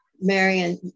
Marion